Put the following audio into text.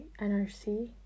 NRC